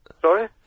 Sorry